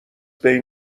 بین